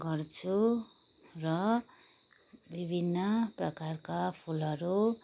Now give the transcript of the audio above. गर्छु र विभिन्न प्रकारका फुलहरू